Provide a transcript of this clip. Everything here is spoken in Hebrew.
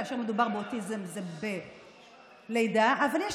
כאשר מדובר באוטיזם זה בלידה אבל יש